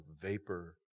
vapor